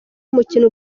umukino